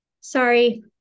sorry